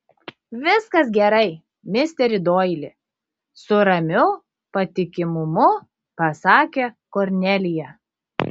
viskas gerai misteri doili su ramiu patikimumu pasakė kornelija